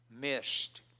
missed